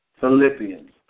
Philippians